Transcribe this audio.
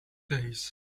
days